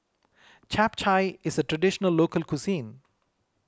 Chap Chai is a Traditional Local Cuisine